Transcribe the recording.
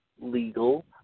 legal